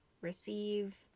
receive